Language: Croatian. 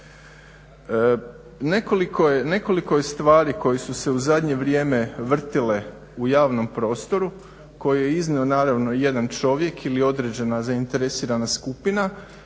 Nekoliko je stvari koje su se u zadnje vrijeme vrtjele u javnom prostoru koje je iznio naravno jedan čovjek ili određena zainteresirana skupina